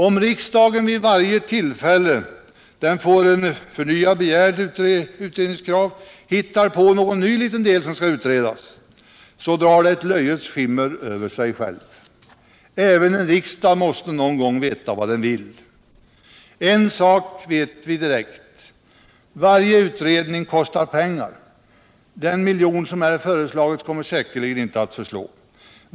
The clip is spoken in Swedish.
Om riksdagen vid varje tillfälle den får en förnyad begäran om utredning hittar på någon ny liten del att utreda, drar den ett löjets skimmer över sig själv. Även en riksdag måste veta vad den vill. En sak vet vi direkt. Varje ny utredning kostar pengar. Den miljon som här föreslagits kommer säkerligen inte att förslå.